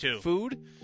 food